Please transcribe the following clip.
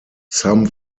some